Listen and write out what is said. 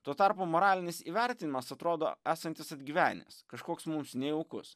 tuo tarpu moralinis įvertinimas atrodo esantis atgyvenęs kažkoks mums nejaukus